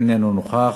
אינו נוכח.